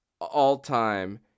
all-time